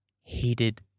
hated